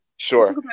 Sure